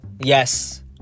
yes